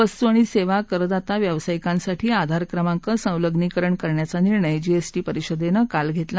वस्तू आणि सेवा करदाता व्यावसायिकांसाठी आधार क्रमांक संलंग्नीकरण करण्याचा निर्णय जीएसटी परिषदेनं काल धेतला